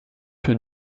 für